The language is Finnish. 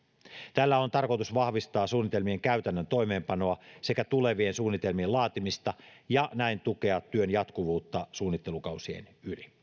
tällä on tarkoitus vahvistaa suunnitelmien käytännön toimeenpanoa sekä tulevien suunnitelmien laatimista ja näin tukea työn jatkuvuutta suunnittelukausien yli